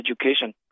education